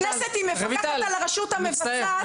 הכנסת היא מפקחת על הרשות המבצעת,